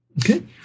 Okay